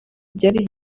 byari